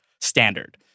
standard